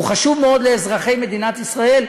הוא חשוב מאוד לאזרחי מדינת ישראל,